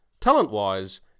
talent-wise